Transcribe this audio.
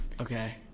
Okay